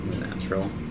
Natural